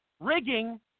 rigging